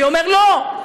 אני אומר: לא,